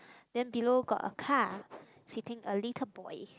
then below got a car sitting a little boy